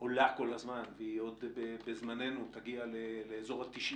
עולה כל הזמן והיא עוד בזמננו תגיע לאזור ה-90